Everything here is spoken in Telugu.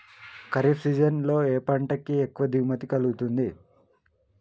ఖరీఫ్ సీజన్ లో ఏ పంట కి ఎక్కువ దిగుమతి కలుగుతుంది?